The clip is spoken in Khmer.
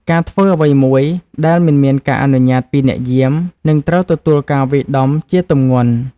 ការធ្វើអ្វីមួយដែលមិនមានការអនុញ្ញាតពីអ្នកយាម នឹងត្រូវទទួលការវាយដំជាទម្ងន់។